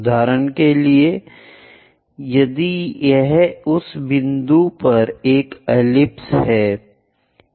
उदाहरण के लिए यदि यह उस बिंदु पर एक एलिप्स है